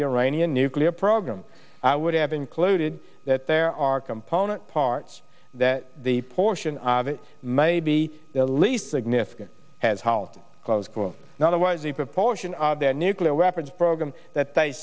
the iranian nuclear program i would have included that there are component parts that the portion of it may be the least significant has halted because now there was a proportion of the nuclear weapons program that they